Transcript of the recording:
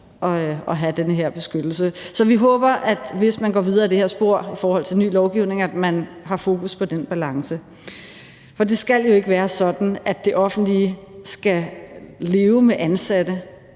at have den her beskyttelse. Så vi håber, at man, hvis man går videre ad det her spor i forhold til ny lovgivning, har fokus på den balance. Det skal jo ikke være sådan, at det offentlige skal leve med ansatte,